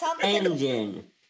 Engine